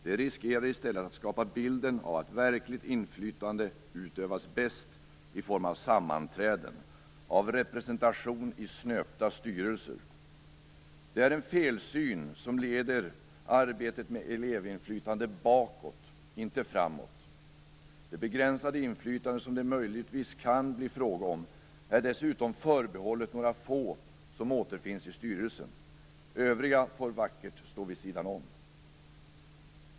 Det riskerar i stället att skapa bilden av att verkligt inflytande utövas bäst i form av sammanträden, av representation i snöpta styrelser. Det är en felsyn som leder arbetet med elevinflytande bakåt, inte framåt. Det begränsade inflytande som det möjligtvis kan bli fråga om är dessutom förbehållet några få som återfinns i styrelsen. Övriga får vackert stå vid sidan om.